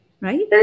right